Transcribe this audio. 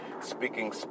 speaking